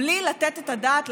בלי לתת את הדעת,